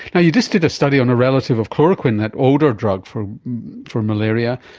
yeah you just did a study on a relative of chloroquine, that older drug for for malaria,